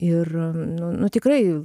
ir nu nu tikrai